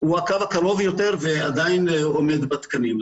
הקו הקרוב יותר ועדיין עומד בתקנים.